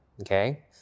okay